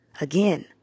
Again